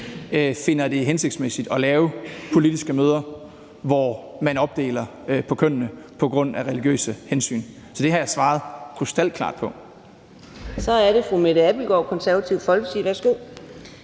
finder det hensigtsmæssigt at lave politiske møder, hvor man opdeler efter køn på grund af religiøse hensyn. Så det har jeg svaret krystalklart på. Kl. 10:33 Fjerde næstformand